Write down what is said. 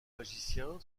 magicien